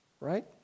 Right